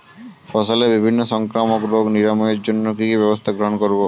ফসলের বিভিন্ন সংক্রামক রোগ নিরাময়ের জন্য কি কি ব্যবস্থা গ্রহণ করব?